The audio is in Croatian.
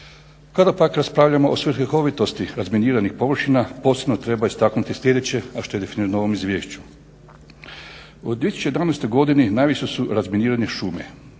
Kada pak raspravljamo o svrsishovitosti razminiranih površina posebno treba istaknuti sljedeće a što je definirano u ovom izvješću. U 2011. godini najviše su razminirane šume